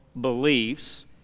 beliefs